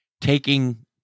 taking